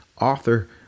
author